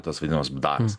tas vadinamas bdaras